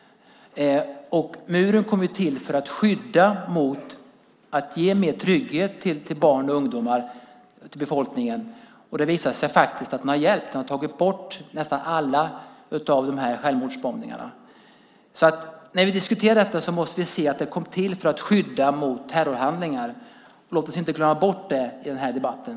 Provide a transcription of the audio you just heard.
Muren kom till för att skydda och ge mer trygghet för barn och ungdomar och hela befolkningen. Det har också visat sig att den har hjälpt. Den har tagit bort nästan alla självmordsbombningarna. När vi diskuterar detta måste vi se att den kom till för att skydda mot terrorhandlingar. Låt oss inte glömma det i den här debatten.